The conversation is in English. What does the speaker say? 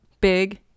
big